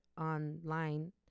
online